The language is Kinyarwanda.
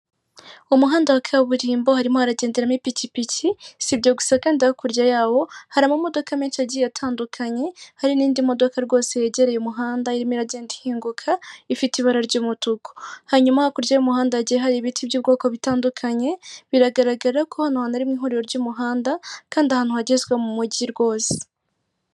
Umuhanda wa kaburimbo harimo haragendaderamo ipikipiki sibyo gusa kandi hakurya yawo hari amamodoka menshi agiye atandukanye hari n'indi modoka rwose yegereye umuhanda imiragenda ihinguka ifite ibara ry'umutuku hanyuma hakurya y'umuhanda hage hari ibiti by'ubwoko butandukanye biragaragara ko none arimo ihuriro ry'umuhanda kandi ahantu hagezwa mu mujyi rwose.